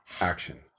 Action